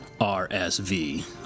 RSV